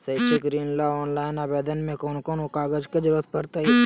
शैक्षिक ऋण ला ऑनलाइन आवेदन में कौन कौन कागज के ज़रूरत पड़तई?